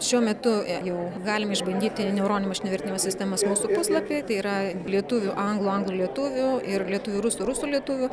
šiuo metu jau galim išbandyti neuroninio mašininio vertimo sistemas mūsų puslapyje tai yra lietuvių anglų anglų lietuvių ir lietuvių rusų rusų lietuvių